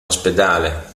ospedale